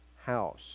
house